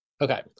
Okay